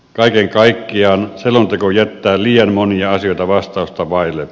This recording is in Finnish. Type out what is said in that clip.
kaiken kaikkiaan selonteko jättää liian monia asioita vastausta vaille